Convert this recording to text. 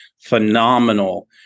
phenomenal